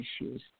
issues